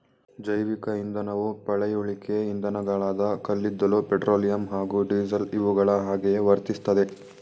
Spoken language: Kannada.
ಜೈವಿಕ ಇಂಧನವು ಪಳೆಯುಳಿಕೆ ಇಂಧನಗಳಾದ ಕಲ್ಲಿದ್ದಲು ಪೆಟ್ರೋಲಿಯಂ ಹಾಗೂ ಡೀಸೆಲ್ ಇವುಗಳ ಹಾಗೆಯೇ ವರ್ತಿಸ್ತದೆ